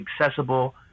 accessible